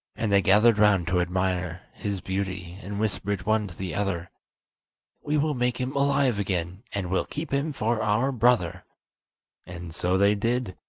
and they gathered round to admire his beauty, and whispered one to the other we will make him alive again, and will keep him for our brother and so they did,